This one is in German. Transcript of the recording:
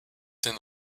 den